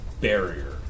barrier